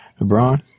LeBron